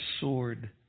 sword